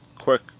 quick